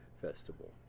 festival